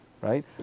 right